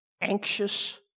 anxious